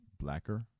blacker